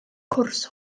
cwrs